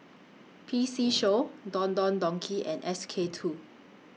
P C Show Don Don Donki and S K two